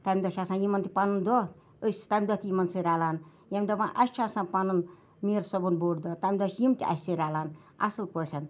تمہِ دۄہ چھُ آسان یِمَن تہِ پَنُن دۄہ أسۍ چھِ تمہِ دۄہ تہِ یِمَن سۭتۍ رَلان ییٚمہِ دۄہ وۄنۍ اَسہِ چھُ آسان پَنُن میٖر صٲبُن بوٚڈ دۄہ تمہِ دۄہ چھِ یِم تہِ اَسہِ سۭتۍ رَلان اَصٕل پٲٹھۍ